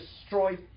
destroyed